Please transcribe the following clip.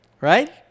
right